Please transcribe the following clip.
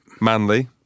Manly